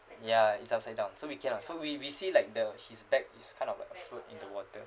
ya it's upside down so we cannot so we we see like the his bag is kind of like afloat in the water